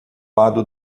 lado